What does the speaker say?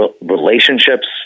relationships